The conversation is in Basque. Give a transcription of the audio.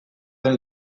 den